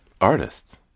Artists